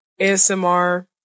ASMR